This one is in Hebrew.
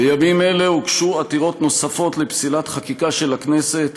בימים אלה הוגשו עתירות נוספות לפסילת חקיקה של הכנסת,